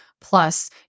Plus